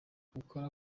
gukora